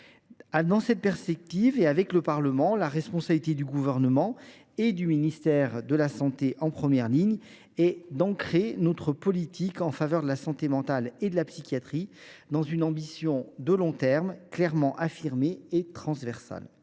Dans cette perspective et en lien avec le Parlement, la responsabilité du Gouvernement, et du ministre de la santé en particulier, est d’ancrer notre politique en faveur de la santé mentale et de la psychiatrie dans une ambition de long terme, clairement affirmée et transversale.